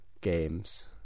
games